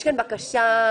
יש כאן בקשה מצד הממשלה.